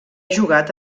jugat